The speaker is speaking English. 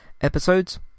episodes